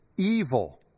evil